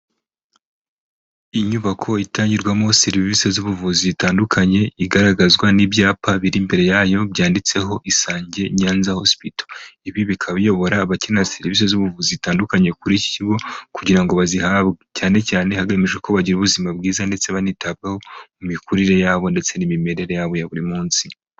Inyubako itangirwamo serivise z'ubuvuzi zitandukanye, igaragazwa n'ibyapa biri imbere yayo byanditseho Isangiye nyanza hospital. Ibi bikaba biyobora abakenera serivise z'ubuvuzi zitandukanye kuri iki kigo kugira ngo bazihabwe, cyane cyane hagamijwe ko bagira ubuzima bwiza ndetse banitabwaho, mu mikurire yabo ndetse n'imimerere yabo ya buri munsi.